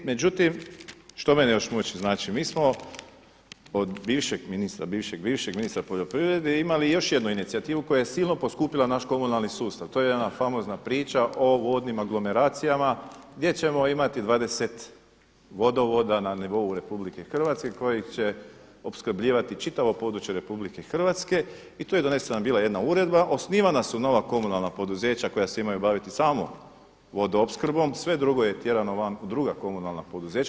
Međutim, što mene još muči, znači mi smo od bivšeg ministra, bivšeg ministra poljoprivrede imali još jednu inicijativu koja je silno poskupila naš komunalni sustav, to je jedna famozna priča o vodnim aglomeracijama gdje ćemo imati 20 vodovoda na nivou RH koji će opskrbljivati čitavo područje RH i tu je donesena bila jedna uredba, osnivana su nova komunalna poduzeća koja se imaju baviti samo vodoopskrbom, sve drugo je tjerano van u druga komunalna poduzeća.